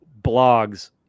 blogs